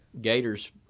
gator's